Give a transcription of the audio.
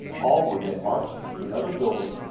all were then marched to another building,